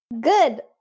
Good